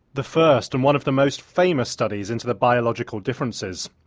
the first and one of the most famous studies into the biological differences,